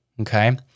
okay